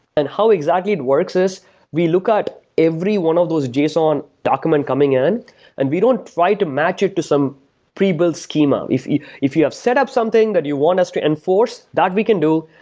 and how exactly it works is we look at every one of those json document coming in and we don't try to match it to some prebuild schema. if you if you have setup something that you want us to enforce, that we can do,